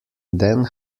then